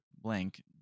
Blank